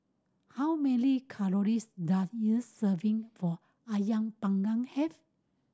how many calories does a serving of Ayam Panggang have